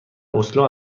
اسلو